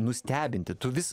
nustebinti tu vis